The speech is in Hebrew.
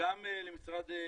וגם למשרד,